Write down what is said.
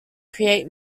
create